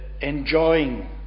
enjoying